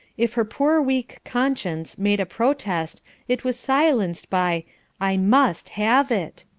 if her poor weak conscience made a protest it was silenced by i must have it.